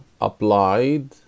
applied